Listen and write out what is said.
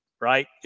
right